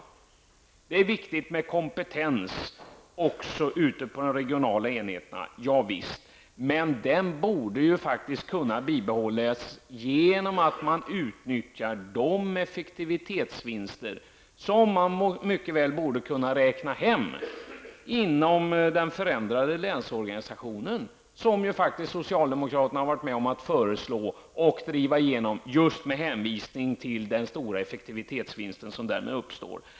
Visst är det viktigt med kompetens också ute på de regionala enheterna, men den borde kunna bibehållas genom att man utnyttjar de effektivitetsvinster som man kan räkna med inom den förändrade länsorganisationen, som ju socialdemokraterna har varit med om att föreslå och driva igenom just med hänvisning till den stora effektivitetsvinst som därmed uppstår.